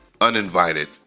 uninvited